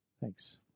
Thanks